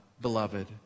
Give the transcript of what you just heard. Beloved